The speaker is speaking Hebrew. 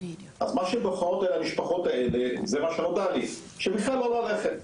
אז מה שהמשפחות האלה בוחרות זה מה שנודע לי זה לא ללכת בכלל,